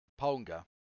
Ponga